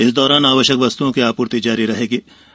इस दौरान आवश्यक वस्तुओं की आपूर्ति जारी रहेगीं